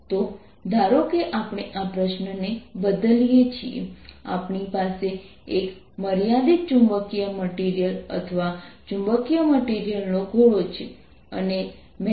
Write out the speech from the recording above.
તેથી magnetisation z દિશા સાથે છે જે આ છે